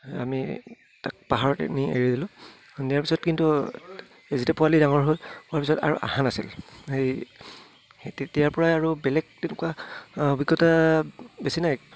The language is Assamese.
আমি তাক পাহাৰত নি এৰি দিলোঁ দিয়াৰ পিছত কিন্তু এই যিটো পোৱালি ডাঙৰ হ'ল হোৱাৰ পিছত আৰু অহা নাছিল সেই সেই তেতিয়াৰপৰাই আৰু বেলেগ তেনেকুৱা অভিজ্ঞতা বেছি নাই